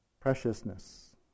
preciousness